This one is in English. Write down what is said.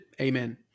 amen